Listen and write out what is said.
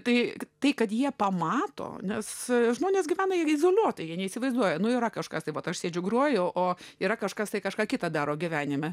tai tai kad jie pamato nes žmonės gyvena ir izoliuotai jie neįsivaizduoja naujų yra kažkas taip aš sėdžiu groju o yra kažkas kažką kita daro gyvenime